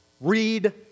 read